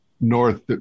north